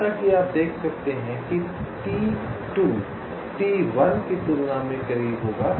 जैसा कि आप देख सकते हैं कि T2 T1 की तुलना में करीब होगा